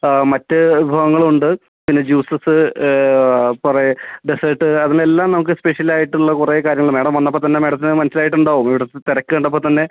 മറ്റ് വിഭവങ്ങളുണ്ട് പിന്നെ ജ്യൂസസ് കുറേ ഡെസേർട്ട് അങ്ങനെ എല്ലാം നമുക്ക് സ്പെഷ്യലായിട്ടുള്ള കുറേ കാര്യങ്ങൾ മാഡം വന്നപ്പോൾ തന്നെ മാഡത്തിന് അത് മനസ്സിലായിട്ടുണ്ടാകും ഇവിടുത്തെ തിരക്ക് കണ്ടപ്പോൾ തന്നെ